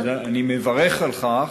אני מברך על כך.